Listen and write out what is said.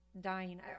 dying